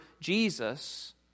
Jesus